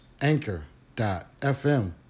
anchor.fm